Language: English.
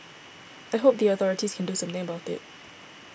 I hope the authorities can do something about it